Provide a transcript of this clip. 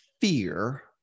fear